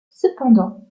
cependant